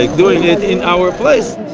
like doing it in our place.